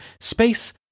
space